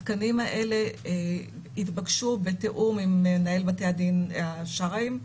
התקנים האלה התבקשו בתיאום עם מנהל בתי הדין השרעיים,